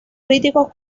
críticos